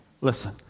Listen